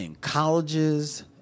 colleges